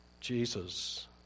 Jesus